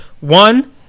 one